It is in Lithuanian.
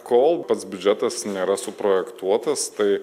kol pats biudžetas nėra suprojektuotas tai